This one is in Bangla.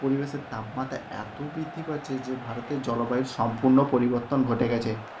পরিবেশের তাপমাত্রা এতো বৃদ্ধি পাচ্ছে যে ভারতের জলবায়ুর সম্পূর্ণ পরিবর্তন ঘটে গেছে